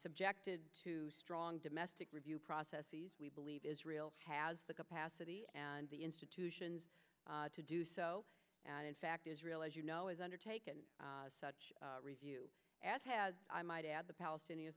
subjected to strong domestic review processes we believe israel has the capacity and the institutions to do so and in fact israel as you know is undertaken such review as i might add the palestinian